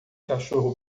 cachorro